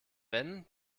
wenn